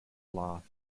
lost